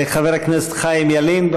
חבר הכנסת חיים ילין,